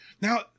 now